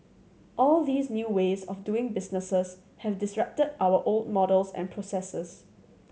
all these new ways of doing business have disrupted our old models and processes